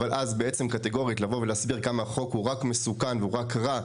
אבל אז בעצם קטגורית לבוא ולהסביר כמה החוק הוא רק מסוכן ורק רגע,